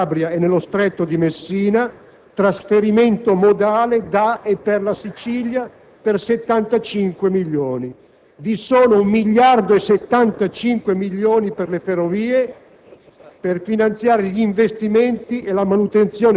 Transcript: c'è un miglioramento del trasporto pubblico in Calabria e nello Stretto di Messina (trasferimento modale da e per la Sicilia per 75 milioni); vi sono 1.075.000.000 euro per le ferrovie,